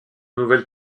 nouvelle